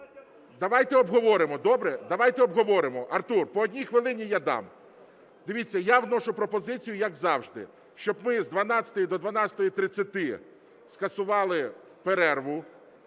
Давайте обговоримо, добре? Давайте обговоримо. Артур, по одній хвилині я дам. Дивіться, я вношу пропозицію, як завжди, щоб ми з 12-ї до 12:30 скасували перерву